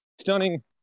stunning